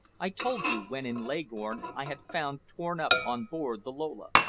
i told you when in leghorn i had found torn up on board the lola.